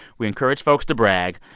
we encourage folks to brag.